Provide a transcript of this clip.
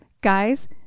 guys